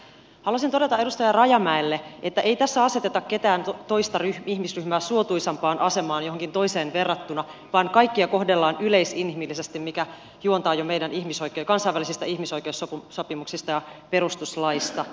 haluaisin todeta edustaja rajamäelle että ei tässä aseteta ketään toista ihmisryhmää suotuisampaan asemaan johonkin toiseen verrattuna vaan kaikkia kohdellaan yleisinhimillisesti mikä juontaa jo meidän kansainvälisistä ihmisoikeussopimuksistamme ja perustuslaistamme